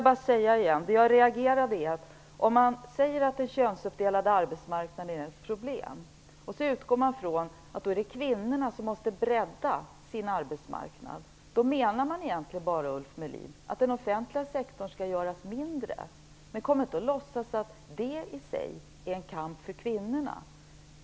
Återigen: Om man säger att den könsuppdelade arbetsmarknaden är ett problem och utgår från att det då är kvinnorna som måste bredda sin arbetsmarknad, så menar man egentligen bara, Ulf Melin, att den offentliga sektorn skall göras mindre. Kom inte och låtsas att det i sig är en kamp för kvinnorna!